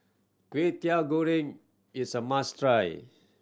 Kway Teow Goreng is a must try